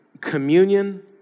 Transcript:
Communion